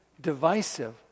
divisive